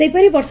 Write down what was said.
ସେହିପରି ବର୍ଷ